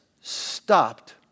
stopped